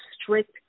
strict